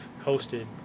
hosted